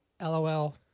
LOL